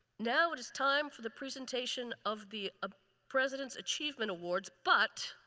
now it is time for the presentation of the ah president's achievement awards. but